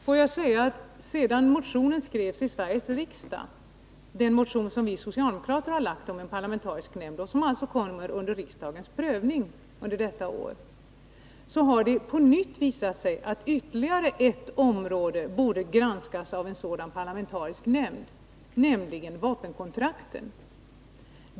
Jag vill säga att sedan vi socialdemokrater väckte motionen om en parlamentarisk nämnd här i Sveriges riksdag — en motion som således kommer under riksdagens prövning under detta år — har det visat sig att ytterligare ett område borde granskas av en sådan parlamentarisk nämnd, nämligen vapenkontrakten.